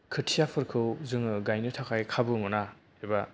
खोथियाफोरखौ जोङो गायनो थाखाय खाबु मोना एबा